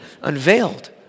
unveiled